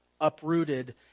uprooted